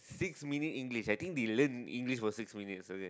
six meaning English I think we learn English for six minutes okay